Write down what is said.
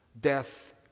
death